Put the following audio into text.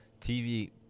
TV